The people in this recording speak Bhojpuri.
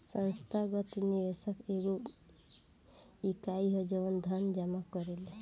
संस्थागत निवेशक एगो इकाई ह जवन धन जामा करेला